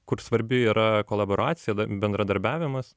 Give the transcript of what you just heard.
kur svarbi yra kolaboracija da bendradarbiavimas